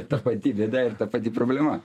ta pati bėda ir ta pati problema